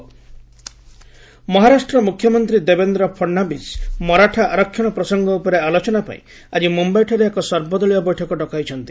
ମହା ଅଲ୍ପାର୍ଟି ମହାରାଷ୍ଟ୍ର ମୁଖ୍ୟମନ୍ତ୍ରୀ ଦେବେନ୍ଦ୍ର ଫଡ୍ନାଭିସ୍ ମରାଠା ଆରକ୍ଷଣ ପ୍ରସଙ୍ଗ ଉପରେ ଆଲୋଚନା ପାଇଁ ଆକି ମୁମ୍ଭାଇଠାରେ ଏକ ସର୍ବଦଳୀୟ ବୈଠକ ଡକାଇଛନ୍ତି